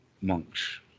monks